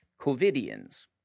Covidians